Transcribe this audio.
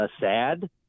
sad